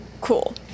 cool